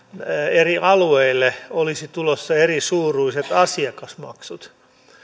eri alueille olisi tulossa erisuuruiset asiakasmaksut